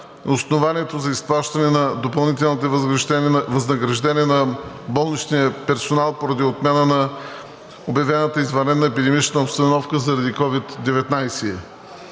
основанието за изплащане на допълнителните възнаграждения на болничния персонал поради отмяна на обявената извънредна епидемична обстановка заради COVID-19.